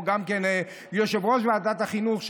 כמו יושבת-ראש ועדת החינוך,